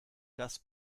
das